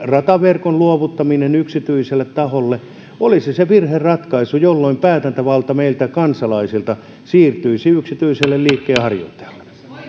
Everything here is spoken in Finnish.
rataverkon luovuttaminen yksityiselle taholle olisi virheratkaisu jolloin päätäntävalta siirtyisi meiltä kansalaisilta yksityiselle liikkeenharjoittajalle